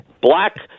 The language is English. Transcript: black